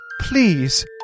Please